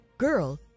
Girl